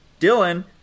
Dylan